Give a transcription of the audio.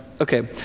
okay